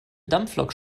dampflok